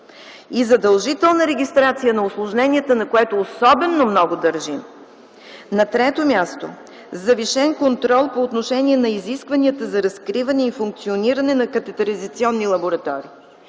и задължителна регистрация на усложненията, на което особено много държим. На трето място, завишен контрол по отношение на изискванията за разкриване и функциониране на катетеризационни лаборатории,